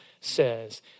says